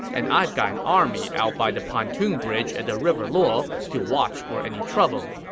and i've got an army out by the pontoon bridge at the river luo to watch for any trouble.